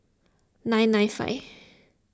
nine nine five